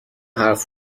حرف